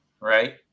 Right